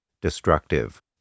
destructive